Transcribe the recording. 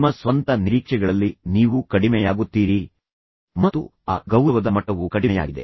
ನಿಮ್ಮ ಸ್ವಂತ ನಿರೀಕ್ಷೆಗಳಲ್ಲಿ ನೀವು ಕಡಿಮೆಯಾಗುತ್ತೀರಿ ಮತ್ತು ಆ ಗೌರವದ ಮಟ್ಟವು ಕಡಿಮೆಯಾಗಿದೆ